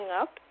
up